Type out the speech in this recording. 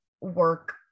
work